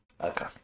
Okay